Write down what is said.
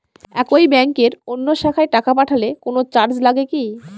একই ব্যাংকের অন্য শাখায় টাকা পাঠালে কোন চার্জ লাগে কি?